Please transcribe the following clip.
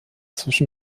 zwischen